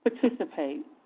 participate